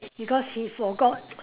because he forgot